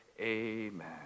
Amen